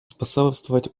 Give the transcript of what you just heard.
способствовать